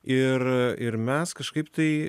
ir ir mes kažkaip tai